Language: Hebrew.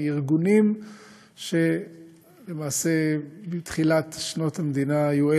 מארגונים שלמעשה בתחילת שנות המדינה היו